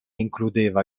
includeva